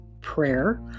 prayer